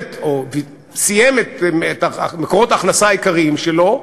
סיים את מקורות ההכנסה העיקריים שלו,